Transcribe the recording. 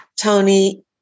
Tony